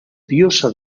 diosa